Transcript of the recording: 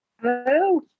hello